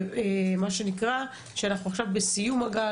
עכשיו כשאנחנו בסיום הגל,